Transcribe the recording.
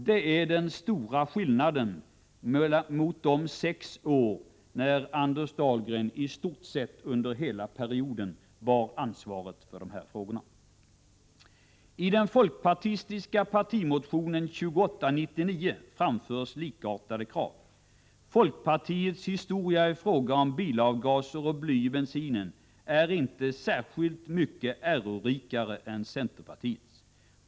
Det är den stora skillnaden mot de sex år då Anders Dahlgren i stort sett under hela perioden bar ansvaret för dessa frågor. I den folkpartistiska partimotionen 2899 framförs likartade krav. Folkpartiets historia i fråga om bilavgaser och bly i bensinen är inte särskilt mycket ärorikare än centerpartiets.